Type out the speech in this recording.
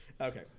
Okay